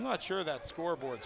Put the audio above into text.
i'm not sure that scoreboard